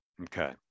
Okay